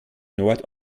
nord